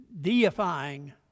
deifying